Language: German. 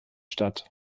statt